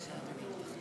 (חותם על ההצהרה)